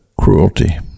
cruelty